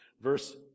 Verse